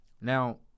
Now